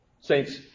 Saints